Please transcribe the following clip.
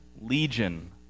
legion